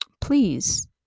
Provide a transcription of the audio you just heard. please